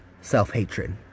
self-hatred